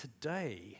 today